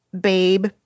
babe